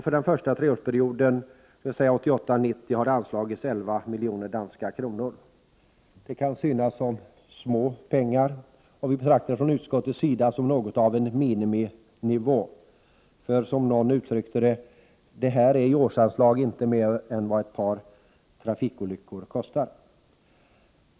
För den första treårsperioden, dvs. 1988-1990, har det anslagits 11 miljoner danska kronor. Det kan synas som små pengar, och vi betraktar det från utskottets sida som något av en miniminivå, för — som någon uttryckte det — det är i årsanslag inte mer än vad ett par trafikolyckor kostar.